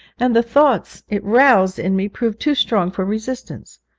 and the thoughts it roused in me proved too strong for resistance.